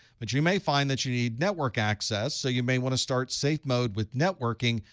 but you may find that you need network access. so you may want to start safe mode with networking,